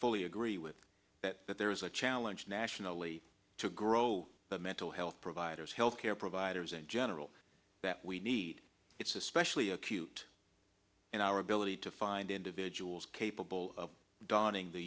fully agree with that that there is a challenge nationally to grow but mental health providers health care providers in general that we need it's especially acute in our ability to find individuals capable of donning the